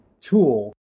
tool